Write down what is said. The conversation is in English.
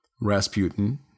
Rasputin